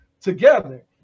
together